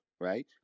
right